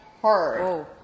Hard